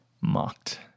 mocked